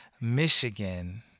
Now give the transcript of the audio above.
Michigan